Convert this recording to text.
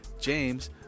James